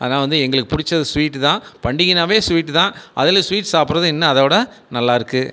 அதனால் வந்து எங்களுக்கு பிடிச்சது ஸ்வீட்டு தான் பண்டிகைனாவே ஸ்வீட்டு தான் அதில் ஸ்வீட் சாப்பிட்றது இன்னும் அதை விட நல்லாயிருக்கு